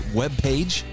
webpage